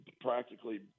practically